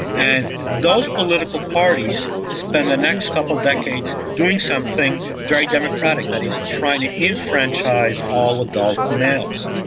and those political parties spend the next couple of decades doing something very democratic, that is trying to enfranchise all adult males.